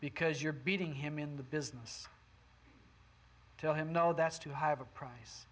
because you're beating him in the business tell him no that's to have a price